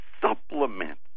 supplement